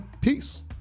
peace